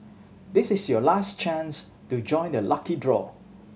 this is your last chance to join the lucky draw